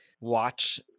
watch